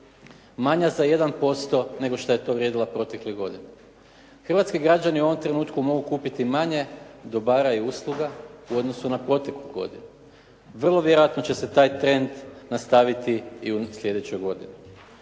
manja za 1% nego što je to vrijedila proteklih godina. Hrvatski građani u ovom trenutku mogu kupiti manje dobara i usluga u odnosu na proteklu godinu. Vrlo vjerojatno će se taj trend nastaviti i u sljedećoj godini.